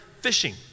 fishing